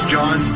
John